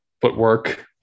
Footwork